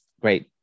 great